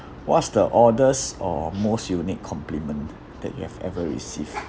what's the oddest or most unique compliment that you have ever received